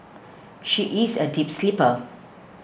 she is a deep sleeper